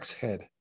head